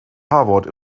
harvard